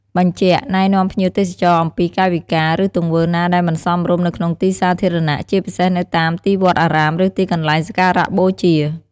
បញ្ជាក់ណែនាំភ្ញៀវទេសចរអំពីកាយវិការ ឬទង្វើណាដែលមិនសមរម្យនៅក្នុងទីសាធារណៈ ជាពិសេសនៅតាមទីវត្តអារាម ឬទីកន្លែងសក្ការៈបូជា។